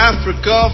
Africa